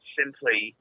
simply